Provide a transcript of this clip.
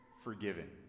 forgiven